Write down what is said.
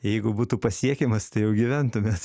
jeigu būtų pasiekiamas tai jau gyventumėt